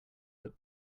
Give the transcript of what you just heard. but